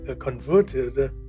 converted